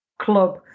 club